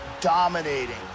dominating